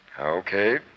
Okay